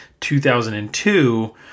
2002